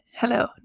Hello